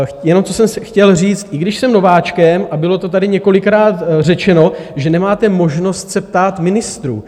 A jenom co jsem chtěl říct, i když jsem nováčkem, a bylo to tady několikrát řečeno, že nemáte možnost se ptát ministrů.